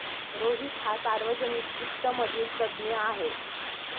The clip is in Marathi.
रोहित हा सार्वजनिक वित्त मधील तज्ञ आहे